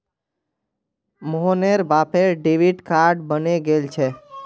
मोहनेर बापेर debit card बने गेल छे